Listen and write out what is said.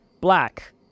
Black